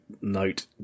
note